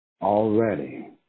already